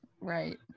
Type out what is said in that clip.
right